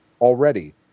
already